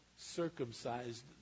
circumcised